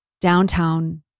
downtown